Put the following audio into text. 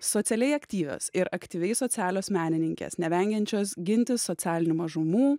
socialiai aktyvios ir aktyviai socialios menininkės nevengiančios ginti socialinių mažumų